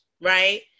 Right